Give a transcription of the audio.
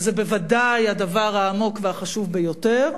וזה בוודאי הדבר העמוק והחשוב ביותר,